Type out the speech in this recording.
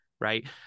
right